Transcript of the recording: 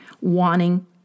wanting